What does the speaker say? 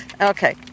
Okay